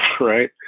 right